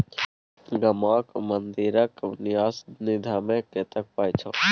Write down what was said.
गामक मंदिरक न्यास निधिमे कतेक पाय छौ